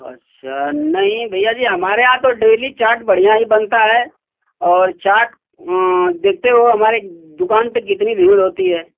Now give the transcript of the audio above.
अच्छा नहीं भैया जी हमारे यहाँ तो डेली चाट बढ़िया हीं बनता है और चाट देखते हो हमारे दुकान पर कितनी भीड़ होती है